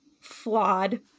flawed